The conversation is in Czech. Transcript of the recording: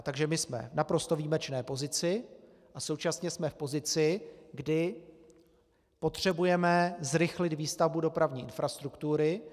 Takže jsme v naprosto výjimečné pozici a současně jsme v pozici, kdy potřebujeme zrychlit výstavbu dopravní infrastruktury.